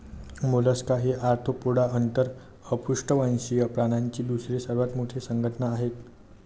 Mollusca ही Arthropoda नंतर अपृष्ठवंशीय प्राण्यांची दुसरी सर्वात मोठी संघटना आहे